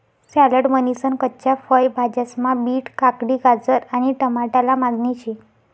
salad म्हनीसन कच्च्या फय भाज्यास्मा बीट, काकडी, गाजर आणि टमाटाले मागणी शे